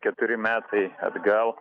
keturi metai atgal